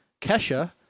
Kesha